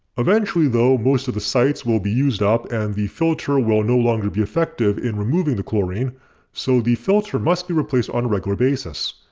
eventually though most of the sites will be used up and the filter ah will no longer be effective in removing the chlorine so the filter must be replaced on a regular basis,